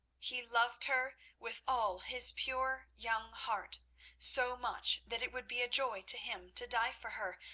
he loved her with all his pure young heart so much that it would be a joy to him to die for her,